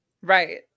Right